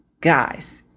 guys